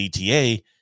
ETA